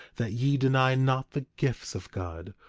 that ye deny not the gifts of god,